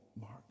Mark